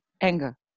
anger